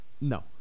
No